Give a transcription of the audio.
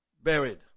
buried